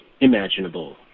imaginable